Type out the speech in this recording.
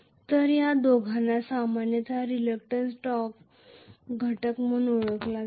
तर या दोघांना सामान्यत रिलक्टंन्स टॉर्क घटक म्हणून ओळखले जाते